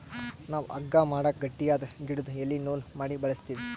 ನಾವ್ ಹಗ್ಗಾ ಮಾಡಕ್ ಗಟ್ಟಿಯಾದ್ ಗಿಡುದು ಎಲಿ ನೂಲ್ ಮಾಡಿ ಬಳಸ್ತೀವಿ